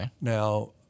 Now